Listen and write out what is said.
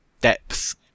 depth